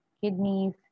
kidneys